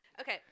Okay